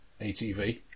ATV